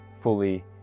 fully